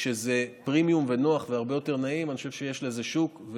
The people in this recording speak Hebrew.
כשזה פרמיום ונוח והרבה יותר נעים אני חושב שיש לזה שוק,